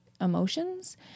emotions